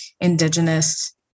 Indigenous